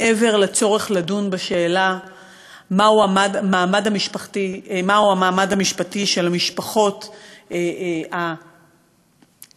מעבר לצורך לדון בשאלה מהו המעמד המשפטי של המשפחות אני